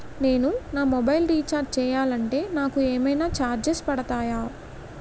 నేను నా mobile recharge చేయాలంటే నాకు ఏమైనా చార్జెస్ పడతాయా?